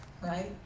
right